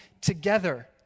together